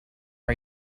are